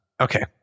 Okay